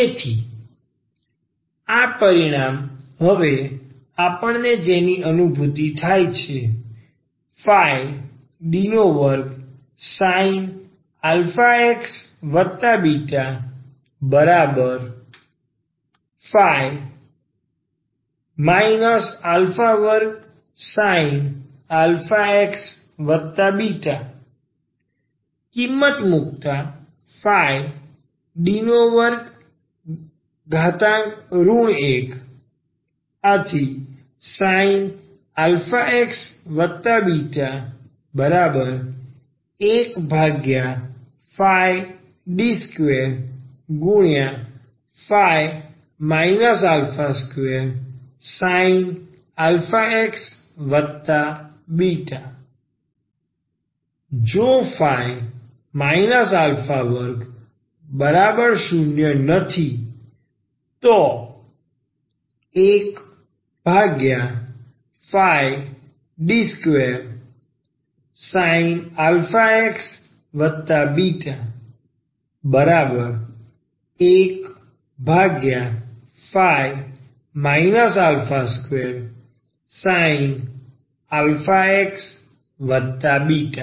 તેથી આ પરિણામ હવે આપણને જેની અનુભૂતિ થાય છે D2sin αxβ ϕ 2sin αxβ કિંમત મુકતા D2 1 sin αxβ 1ϕ 2sin αxβ જો 2≠0 1ϕsin αxβ 1ϕsin αxβ